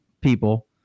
people